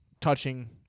touching